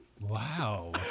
Wow